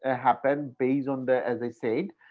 ah happened based on that. as i said,